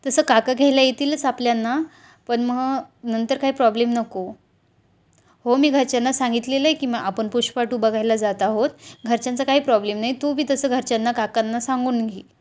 तसं काका घ्यायला येतीलच आपल्याला पण मग नंतर काही प्रॉब्लेम नको हो मी घरच्यांना सांगितलेलं आहे की मग आपण पुष्पा टू बघायला जात आहोत घरच्यांचा काही प्रॉब्लेम नाही तू बी तसं घरच्यांना काकांना सांगून घे